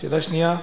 שאלה שנייה,